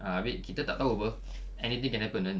ah abeh kita tak tahu [pe] anything can happen kan